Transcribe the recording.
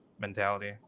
mentality